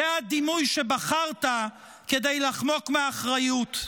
זה הדימוי שבחרת כדי לחמוק מאחריות.